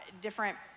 different